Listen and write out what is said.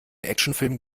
actionfilm